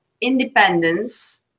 independence